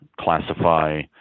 classify